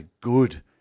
good